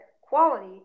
quality